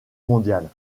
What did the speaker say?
mondiale